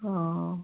অঁ